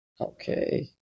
Okay